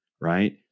Right